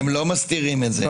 הם לא מסתירים את זה.